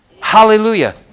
Hallelujah